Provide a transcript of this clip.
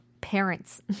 parents